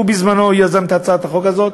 הוא בזמנו יזם את הצעת החוק הזאת,